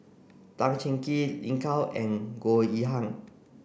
Tan Cheng Kee Lin Gao and Goh Yihan